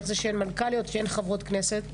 איך זה שאין מנכ"ליות וכשאין חברות כנסת,